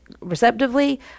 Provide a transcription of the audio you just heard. receptively